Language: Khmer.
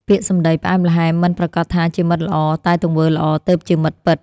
ពាក្យសម្តីផ្អែមល្ហែមមិនប្រាកដថាជាមិត្តល្អ តែទង្វើល្អទើបជាមិត្តពិត។